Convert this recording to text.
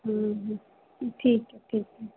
ठीक है ठीक है